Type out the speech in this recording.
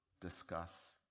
discuss